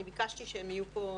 אני ביקשתי שהם יהיו פה,